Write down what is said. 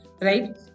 right